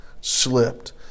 slipped